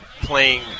playing